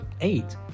eight